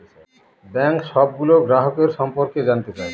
bank সবগুলো গ্রাহকের সম্পর্কে জানতে চায়